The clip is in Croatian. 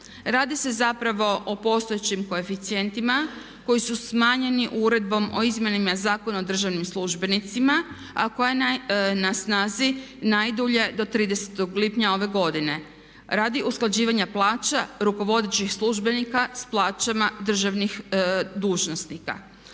Radi se zapravo o postojećim koeficijentima koji su smanjeni Uredbom o izmjenama Zakona o državnim službenicima a koja je na snazi najdulje do 30. lipnja ove godine radi usklađivanja plaća rukovodećih službenika sa plaćama državnih dužnosnika.